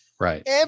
Right